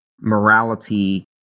morality